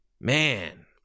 man